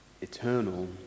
eternal